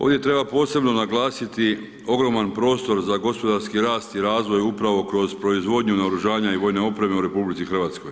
Ovdje treba posebno naglasiti ogroman prostor za gospodarski rast i razvoj upravo kroz proizvodnju naoružanja i vojne opreme u RH.